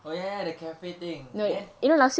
oh ya ya the cafe thing then